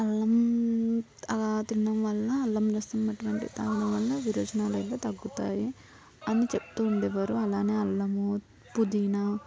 అల్లం తినడం వలన అల్లం రసం అటువంటివి తాగడం వాళ్ళ విరేచనాలు అయితే తగ్గుతాయి అని చెప్తూ ఉండేవారు అలానే అల్లము పుదీనా